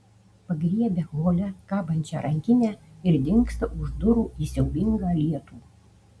pagriebia hole kabančią rankinę ir dingsta už durų į siaubingą lietų